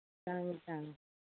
ꯇꯥꯡꯉꯦ ꯇꯥꯡꯉꯦ